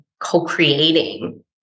co-creating